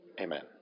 amen